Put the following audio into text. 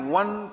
one